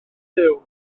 byw